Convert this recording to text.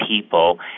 people